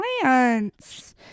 plants